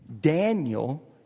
Daniel